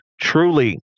truly